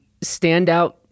standout